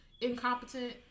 incompetent